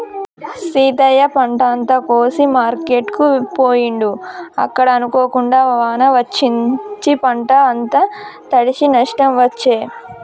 సీతయ్య పంట అంత కోసి మార్కెట్ కు పోయిండు అక్కడ అనుకోకుండా వాన వచ్చి పంట అంత తడిశె నష్టం వచ్చే